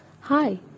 Hi